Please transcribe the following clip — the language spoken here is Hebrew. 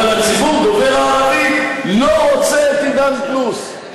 אבל הציבור דובר הערבית לא רוצה את "עידן פלוס".